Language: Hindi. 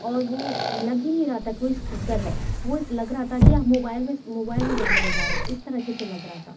और वह लग ही नहीं रहा था कोई स्पीकर है वह एक लग रहा था कि हम मोबाइल में स मोबाइल में गाने बजा रहे इस तरीके से लग रहा था